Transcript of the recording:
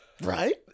Right